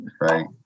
Right